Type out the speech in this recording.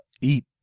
eat